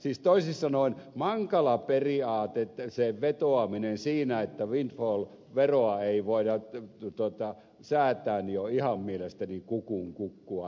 elikkä toisin sanoen mankala periaate se vetoaminen siinä että windfall veroa ei voida säätää on mielestäni ihan kukunkukkua